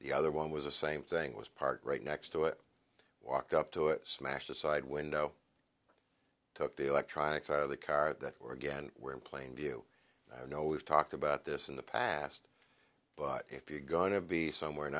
the other one was a same thing was parked right next to it walked up to it smashed the side window took the electronics out of the car that or again were in plain view i know we've talked about this in the past but if you're going to be somewhere and